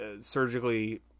surgically